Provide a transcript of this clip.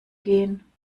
gehen